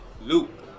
Luke